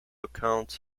accounts